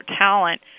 talent